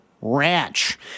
ranch